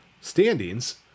standings